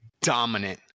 dominant